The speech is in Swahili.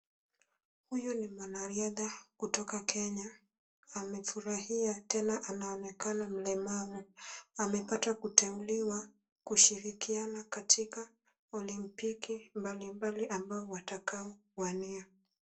Huyu ni mwanariadha kutoka kenya. Amefurahia tena anaonekana mlemavu. Amepata kuteuliwa kushirikiana katika olimpiki mbalimbali ambao watakao wania.